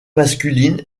masculine